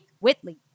Whitley